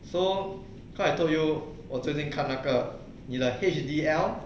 so cause I told you 我最近看那个 you like H_D_L